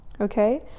okay